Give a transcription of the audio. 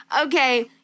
Okay